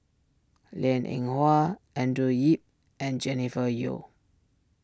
Liang Eng Hwa Andrew Yip and Jennifer Yeo